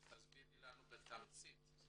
תסבירי לנו בתמצית.